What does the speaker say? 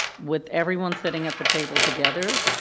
with everyone sitting at the table together,